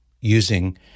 using